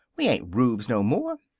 we ain't rubes no more.